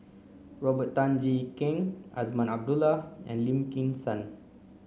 Robert Tan Jee Keng Azman Abdullah and Lim Kim San